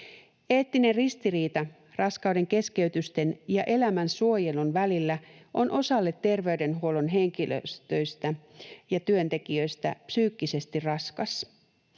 Eettinen ristiriita raskauden keskeytysten ja elämän suojelun välillä on osalle terveydenhuollon henkilöstöstä ja työntekijöistä psyykkisesti raskas.